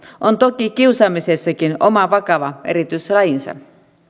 on toki kiusaamisessakin oma vakava erityislajinsa